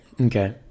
Okay